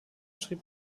schrieb